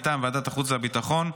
מטעם ועדת החוץ והביטחון,